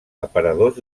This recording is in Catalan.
aparadors